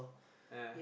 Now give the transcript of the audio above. yeah